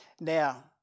Now